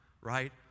right